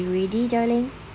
are you ready darling